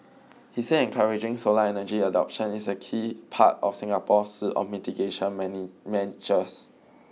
he said encouraging solar energy adoption is a key part of Singapore's suite of mitigation measures